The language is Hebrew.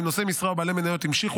ואם נושאי משרה או בעלי מניות המשיכו